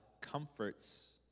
comforts